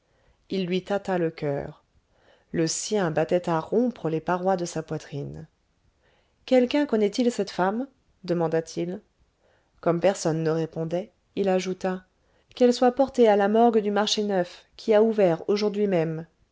il lui tâta le coeur le sien battait à rompre les parois de sa poitrine quelqu'un connaît-il cette femme demanda-t-il comme personne ne répondait il ajouta qu'elle soit portée à la morgue du marché neuf qui a ouvert aujourd'hui même